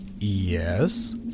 Yes